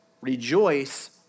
Rejoice